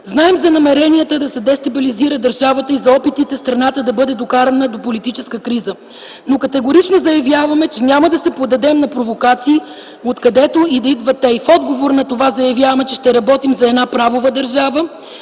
Знаем за намеренията да се дестабилизира държавата и за опитите страната да бъде докарана до политическа криза, но категорично заявяваме, че няма да се подадем на провокации, откъдето и да идват те. В отговор на това заявяваме, че ще работим за правова държава,